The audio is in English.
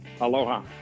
Aloha